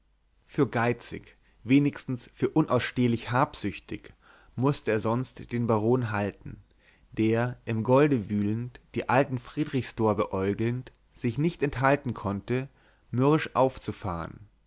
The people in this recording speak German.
für geizig wenigstens für unausstehlich habsüchtig mußte er sonst den baron halten der im golde wühlend die alten friedrichsdor beäugelnd sich nicht enthalten konnte mürrisch aufzufahren